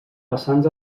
vessants